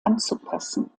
anzupassen